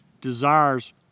desires